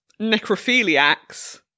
necrophiliacs